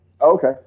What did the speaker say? Okay